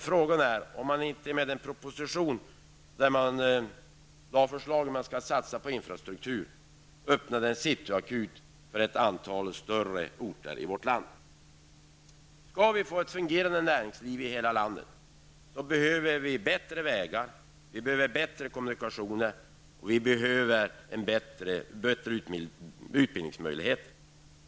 Frågan är om man inte med propositionen om infrastruktur öppnar en ''cityakut'' för ett antal större orter i vårt land. Skall vi få ett fungerande näringsliv i hela landet behöver vi bättre vägar, bättre kommunikationer och bättre utbildningsmöjligheter.